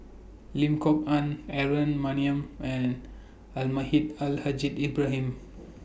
Lim Kok Ann Aaron Maniam and Almahdi Al Haj Ibrahim